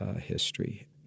history